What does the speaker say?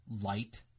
light